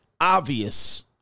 obvious